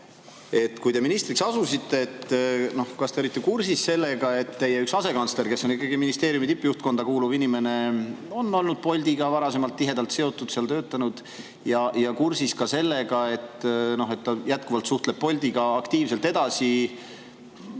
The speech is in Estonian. kui te ministritööle asusite, kas te olite kursis, et üks asekantsler, kes on ikkagi ministeeriumi tippjuhtkonda kuuluv inimene, on olnud Boltiga varasemalt tihedalt seotud, seal töötanud, ja olite kursis ka sellega, et ta jätkuvalt suhtleb Boltiga aktiivselt edasi?